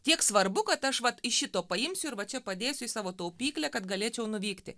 tiek svarbu kad aš vat iš šito paimsiu ir va čia padėsiu į savo taupyklę kad galėčiau nuvykti